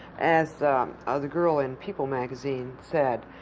as ah the girl in people magazine said,